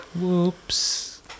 Whoops